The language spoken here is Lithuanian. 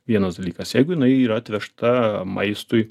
vienas dalykas jeigu jinai yra atvežta maistui